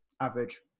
average